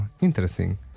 interesting